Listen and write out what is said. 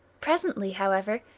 presently, however,